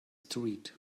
street